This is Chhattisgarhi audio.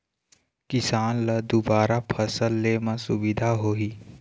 किसान ल दुबारा फसल ले म सुभिता होही